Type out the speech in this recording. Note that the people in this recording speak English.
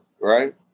right